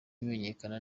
bimenyekana